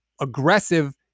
aggressive